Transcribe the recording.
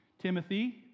Timothy